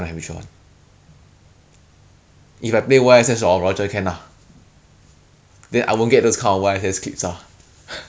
that one that one that one is ya no but that one's like that one's like truly fun world already what you put everything into that one guy